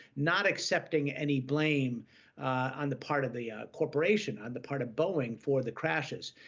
not accepting any blame on the part of the corporation, on the part of boeing, for the crashes.